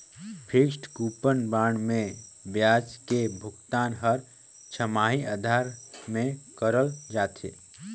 fixed coupon bond मे बियाज के भुगतान हर छमाही आधार में करल जाथे